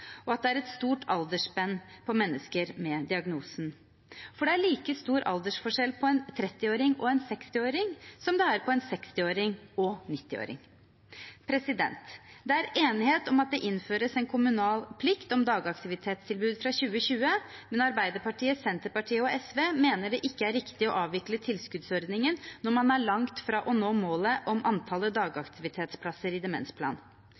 og at aldersspennet er stort blant mennesker med diagnosen. For det er like stor aldersforskjell på en 30-åring og en 60-åring som det er på en 60-åring og en 90-åring. Det er enighet om at det innføres en kommunal plikt om dagaktivitetstilbud fra 2020, men Arbeiderpartiet, Senterpartiet og SV mener det ikke er riktig å avvikle tilskuddsordningen når man er langt fra å nå målet om antallet dagaktivitetsplasser i demensplanen.